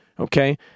Okay